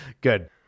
Good